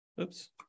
Oops